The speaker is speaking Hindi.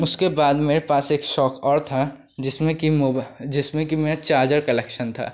उसके बाद मेरे पास एक शौक़ और था जिसमें कि जिसमें कि मेरा चार्जर कलेक्शन था